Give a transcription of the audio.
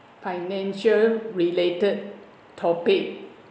financial related topic